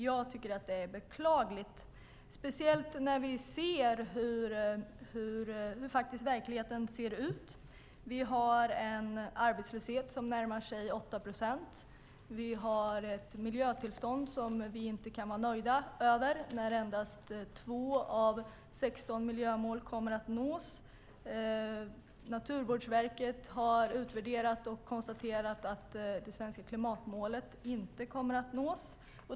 Jag tycker att det är beklagligt, speciellt när vi vet hur verkligheten ser ut. Vi har en arbetslöshet som närmar sig 8 procent. Vi har ett miljötillstånd som vi inte kan vara nöjda med när endast två av 16 miljömål kommer att nås. Naturvårdsverket har utvärderat och konstaterat att det svenska klimatmålet inte kommer att nås.